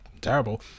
terrible